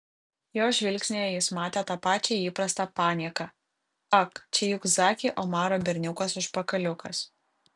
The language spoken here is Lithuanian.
jo žvilgsnyje jis matė tą pačią įprastą panieką ak čia juk zaki omaro berniukas užpakaliukas